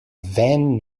van